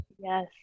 yes